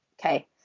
Okay